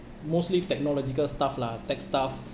mostly technological stuff lah tech stuff